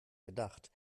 gedacht